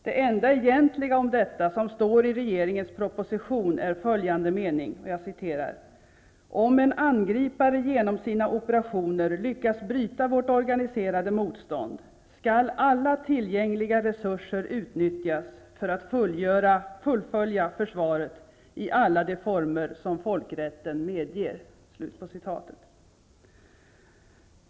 Det enda egentliga om detta, som står i regeringens proposition, är följande mening: ''Om en angripare genom sina operationer lyckas bryta vårt organiserade motstånd skall alla tillgängliga resurser utnyttjas för att fullfölja försvaret i alla de former som folkrätten medger.''